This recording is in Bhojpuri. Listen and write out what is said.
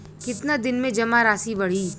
कितना दिन में जमा राशि बढ़ी?